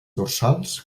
dorsals